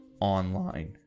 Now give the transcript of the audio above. online